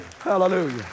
Hallelujah